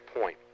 point